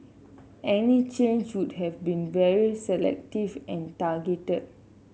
any change would have to be very selective and targeted